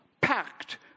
packed